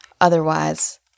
Otherwise